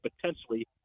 potentially